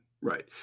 right